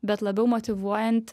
bet labiau motyvuojant